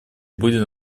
будет